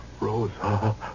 Rosa